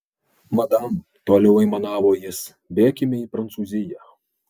madam toliau aimanavo jis bėkime į prancūziją